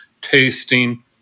tasting